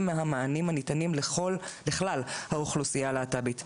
מהמענים הניתנים לכל כלל האוכלוסייה הלהט"בית.